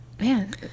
Man